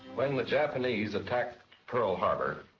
when the japanese attacked pearl harbor,